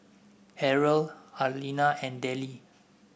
Harrell Arlena and Dellie